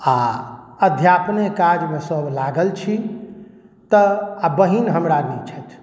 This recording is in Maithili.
आओर अध्यापने काजमे सब लागल छी तऽ आओर बहिन हमरा नहि छथि